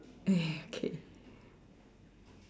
K